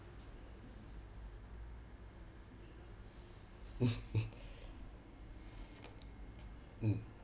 mm